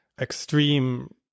Extreme